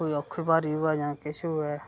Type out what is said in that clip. कोई औक्खी भारी होऐ जां किश होऐ